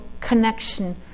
connection